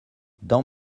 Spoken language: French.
dans